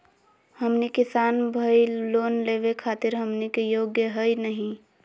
हमनी किसान भईल, लोन लेवे खातीर हमनी के योग्य हई नहीं?